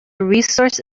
resource